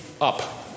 up